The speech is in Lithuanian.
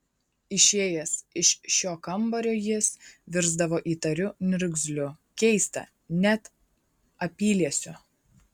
išėjęs iš šio kambario jis virsdavo įtariu niurgzliu keista net apyliesiu